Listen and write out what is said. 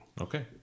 Okay